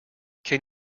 can